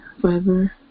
Forever